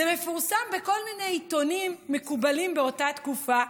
זה מפורסם בכל מיני עיתונים מקובלים באותה תקופה,